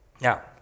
Now